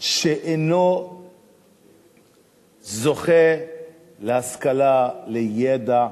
שאינו זוכה להשכלה, לידע,